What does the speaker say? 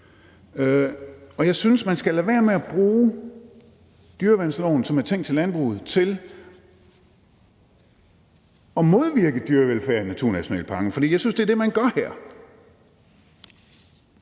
Jeg synes, at man skal lade være med at bruge dyreværnsloven, som er tænkt til landbruget, til at modvirke dyrevelfærden i naturnationalparkerne, for jeg synes, at det er det, man gør her.